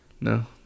No